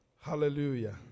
Hallelujah